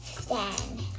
stand